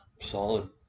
solid